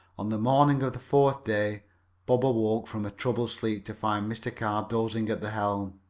on the morning of the fourth day bob awoke from a troubled sleep to find mr. carr dozing at the helm.